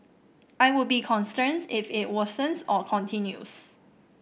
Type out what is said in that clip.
I would be concerned if it worsens or continues